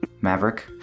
Maverick